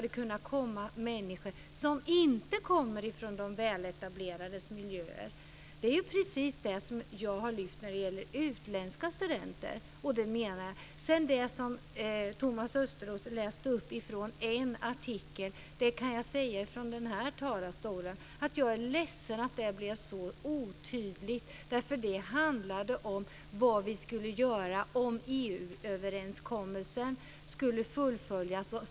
Det handlar om människor som inte kommer från de väletablerades miljöer. Det är precis det jag har sagt när det gäller utländska studenter. Thomas Östros läste från en artikel. Från den här talarstolen kan jag säga att jag är ledsen att det blev så otydligt. Det handlade om vad vi skulle göra om EU-länder skulle ta betalt.